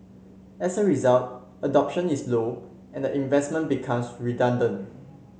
as a result adoption is low and the investment becomes redundant